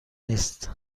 نیست